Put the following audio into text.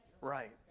Right